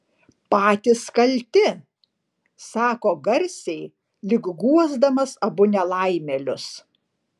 patys kalti sako garsiai lyg guosdamas abu nelaimėlius